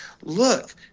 look